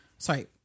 Sorry